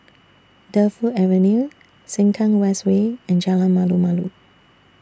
Defu Avenue Sengkang West Way and Jalan Malu Malu